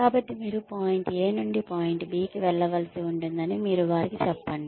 కాబట్టి మీరు point A నుండి పాయింట్ B కి వెళ్ళవలసి ఉంటుందని మీరు వారికి చెప్పండి